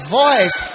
voice